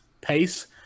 pace